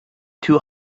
two